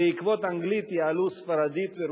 בעקבות האנגלית יעלו ספרדית ורוסית.